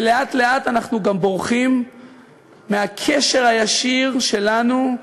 ולאט-לאט אנחנו גם בורחים מהקשר הישיר שלנו,